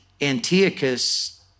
Antiochus